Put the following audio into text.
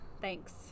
Thanks